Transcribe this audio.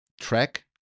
track